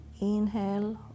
inhale